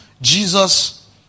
Jesus